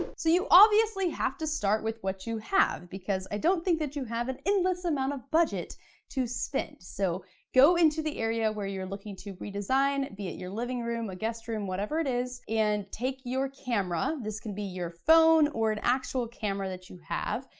so you obviously have to start with what you have because i don't think that you have an endless amount of budget to spend. so go into the area where you're looking to redesign, be it your living room, your guest room, whatever it is. and take your camera, this can be your phone or an actual camera that you have.